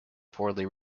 poorly